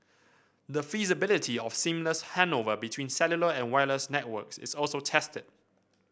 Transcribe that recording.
the feasibility of seamless handover between cellular and wireless networks is also tested